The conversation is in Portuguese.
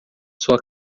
sua